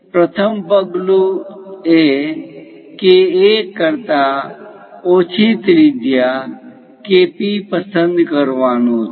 પ્રથમ પગલું એ KA કરતા ઓછી ત્રિજ્યા KP પસંદ કરવાનું છે